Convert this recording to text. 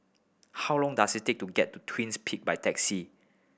how long does it take to get to Twins Peak by taxi